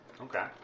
Okay